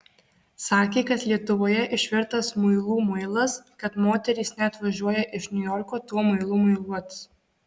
sakė kad lietuvoje išvirtas muilų muilas kad moterys net važiuoja iš niujorko tuo muilu muiluotis